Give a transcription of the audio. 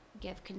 give